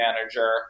manager